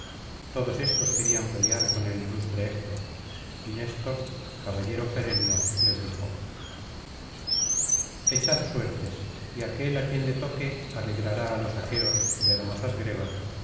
todos éstos querían pelear con el ilustre héctor y néstor caballero gerenio les dijo echad suertes y aquel á quien le toque alegrará á los aqueos de hermosas grebas